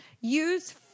Use